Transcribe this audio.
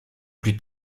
plus